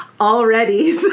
already